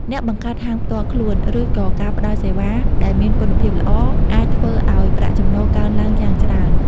ការបង្កើតហាងផ្ទាល់ខ្លួន ឬក៏ការផ្តល់សេវាដែលមានគុណភាពល្អអាចធ្វើឲ្យប្រាក់ចំណូលកើនឡើងយ៉ាងច្រើន។